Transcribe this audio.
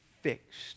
fixed